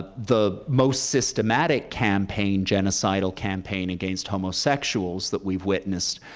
the most systematic campaign, genocidal campaign against homosexuals that we've witnessed,